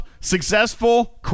successful